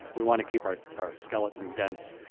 we want to keep our our skeleton dense.